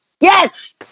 Yes